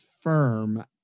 firm